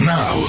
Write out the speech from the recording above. Now